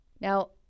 Now